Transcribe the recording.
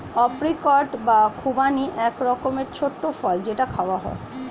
apricot বা খুবানি এক রকমের ছোট্ট ফল যেটা খাওয়া হয়